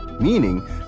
meaning